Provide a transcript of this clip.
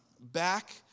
back